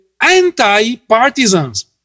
anti-partisans